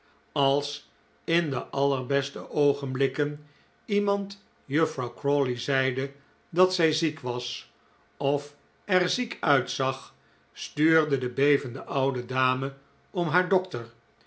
als in de allerbeste oogenblikken iemand juffrouw crawley zeide dat zij ziek was of er ziek uitzag stuurde de bevende oude dame om haar dokter